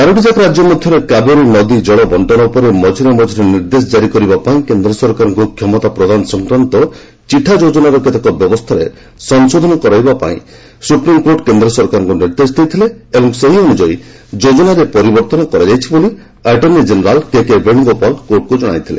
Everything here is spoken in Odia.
ଚାରୋଟିଯାକ ରାଜ୍ୟ ମଧ୍ୟରେ କାବେରୀ ନଦୀ ଜଳ ବଣ୍ଟନ ଉପରେ ମଝିରେ ମଝିରେ ନିର୍ଦ୍ଦେଶ ଜାରି କରିବା ପାଇଁ କେନ୍ଦ୍ର ସରକାରଙ୍କ କ୍ଷମତା ପ୍ରଦାନ ସଂକ୍ରାନ୍ତୀୟ ଚିଠା ଯୋଜନାର କେତେକ ବ୍ୟବସ୍ଥାରେ ସଂଶୋଧନ କରିବା ପାଇଁ ସୁପ୍ରିମ୍କୋର୍ଟ କେନ୍ଦ୍ର ସରକାରଙ୍କୁ ନିର୍ଦ୍ଦେଶ ଦେଇଥିଲେ ଏବଂ ସେହି ଅନ୍ଦଯାୟୀ ଯୋଜନାରେ ପରିବର୍ତ୍ତନ କରାଯାଇଛି ବୋଲି ଆଟର୍ଣ୍ଣି ଜେନେରାଲ୍ କେକେ ବେଶ୍ରଗୋପାଳ କୋର୍ଟରେ ଜଣାଇଥିଲେ